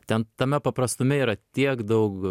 ten tame paprastume yra tiek daug